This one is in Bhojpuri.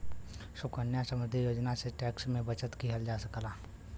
सुकन्या समृद्धि योजना से टैक्स में बचत किहल जा सकला